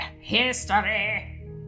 History